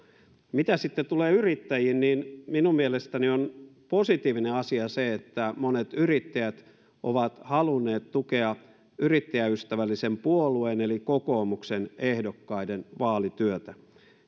mitä sitten tulee yrittäjiin niin minun mielestäni on positiivinen asia se että monet yrittäjät ovat halunneet tukea yrittäjäystävällisen puolueen eli kokoomuksen ehdokkaiden vaalityötä